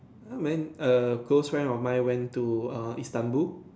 ya man err close friends of mine went to err Istanbul